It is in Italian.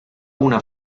una